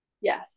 yes